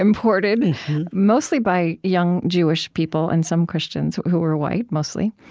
imported mostly by young jewish people and some christians, who were white, mostly.